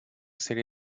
sería